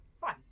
fine